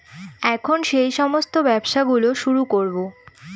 এখন সেই সমস্ত ব্যবসা গুলো শুরু করবো